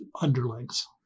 underlings